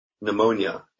pneumonia